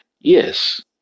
Yes